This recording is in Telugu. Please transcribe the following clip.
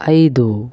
ఐదు